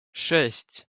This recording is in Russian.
шесть